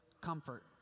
comfort